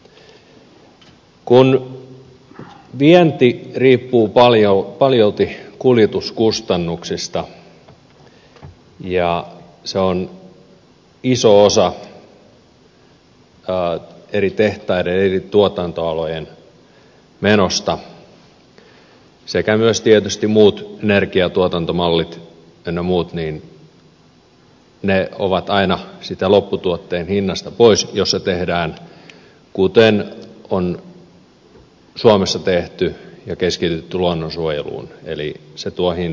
kun vienti riippuu paljolti kuljetuskustannuksista ja ne sekä myös tietysti energiantuotantomallit ynnä muut ovat iso osa eri tehtaiden eri tuotantoalojen menosta niin ne ovat aina siitä lopputuotteen hinnasta pois jos se tehdään kuten on suomessa tehty ja keskitytty luonnonsuojeluun eli se tuo hintaa lisää